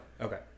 Okay